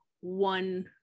one